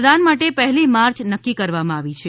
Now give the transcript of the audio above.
મતદાન માટે પહેલી માર્ચ નક્કી કરવામાં આવી છે